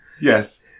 Yes